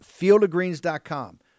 Fieldofgreens.com